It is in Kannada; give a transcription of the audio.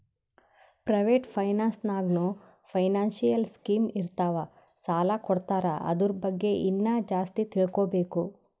ಪ್ರೈವೇಟ್ ಫೈನಾನ್ಸ್ ನಾಗ್ನೂ ಫೈನಾನ್ಸಿಯಲ್ ಸ್ಕೀಮ್ ಇರ್ತಾವ್ ಸಾಲ ಕೊಡ್ತಾರ ಅದುರ್ ಬಗ್ಗೆ ಇನ್ನಾ ಜಾಸ್ತಿ ತಿಳ್ಕೋಬೇಕು